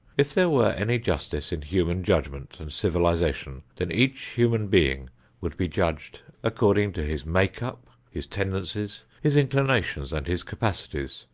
if there were any justice in human judgment and civilization, then each human being would be judged according to his make-up, his tendencies, his inclinations and his capacities,